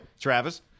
Travis